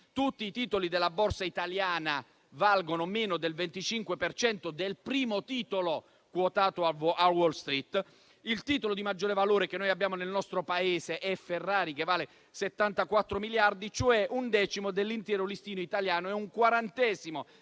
Tutti i titoli della Borsa italiana valgono meno del 25 per cento del primo titolo quotato a Wall Street; il titolo di maggiore valore che abbiamo nel nostro Paese è Ferrari, che vale 74 miliardi, cioè un decimo dell'intero listino italiano e un quarantesimo